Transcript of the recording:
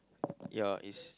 ya is